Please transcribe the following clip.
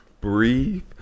breathe